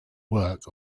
work